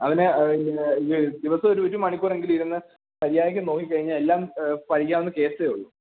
അവന് ദിവസമൊരു ഒരു മണിക്കൂറെങ്കിലും ഇരുന്ന് മര്യാദയ്ക്ക് നോക്കിക്കഴിഞ്ഞാല് എല്ലാം പഠിക്കാവുന്ന കേസെയുള്ളൂ